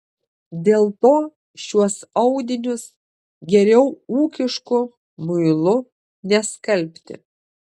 dėl to šiuos audinius geriau ūkišku muilu neskalbti